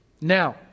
Now